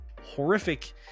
horrific